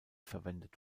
verwendet